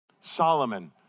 Solomon